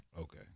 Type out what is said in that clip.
Okay